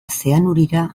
zeanurira